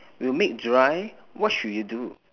will make dry what should you do